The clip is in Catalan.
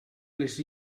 les